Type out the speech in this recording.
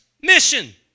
mission